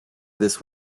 this